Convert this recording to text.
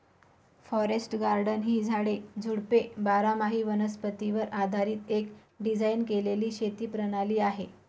forest garden ही झाडे, झुडपे बारामाही वनस्पतीवर आधारीत एक डिझाइन केलेली शेती प्रणाली आहे